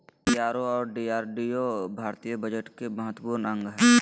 BRO और DRDO भारतीय budget के महत्वपूर्ण अंग हय